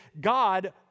God